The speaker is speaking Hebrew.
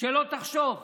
שלא תחשוב.